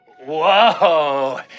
whoa